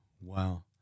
Wow